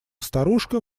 старушка